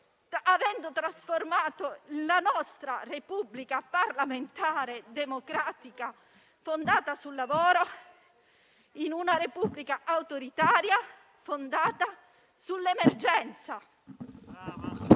Avete trasformato la nostra Repubblica parlamentare democratica fondata sul lavoro in una Repubblica autoritaria fondata sull'emergenza.